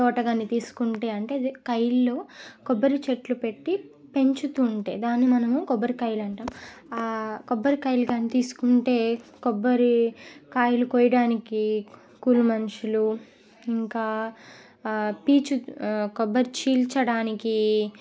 తోట గాని తీసుకుంటే అంటే అదే కైల్లో కొబ్బరి చెట్లు పెట్టి పెంచుతుంటే దాన్ని మనం కొబ్బరికాయలు అంటాం ఆ కొబ్బరి కాయలు కాని తీసుకుంటే కొబ్బరి కాయలు కోయడానికి కూలీ మనుషులు ఇంకా ఆ పీచు కొబ్బరి చీల్చడానికి